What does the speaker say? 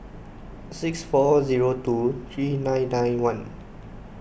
six four zero two three nine nine one